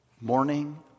morning